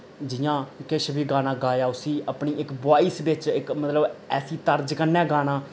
जियां किश बी गाना गाया उसी अपनी इक वाइस बिच्च इक मतलब ऐसी तर्ज कन्नै गाना